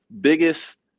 biggest